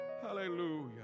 Hallelujah